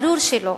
ברור שלא.